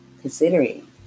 considering